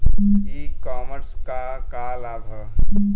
ई कॉमर्स क का लाभ ह?